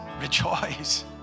rejoice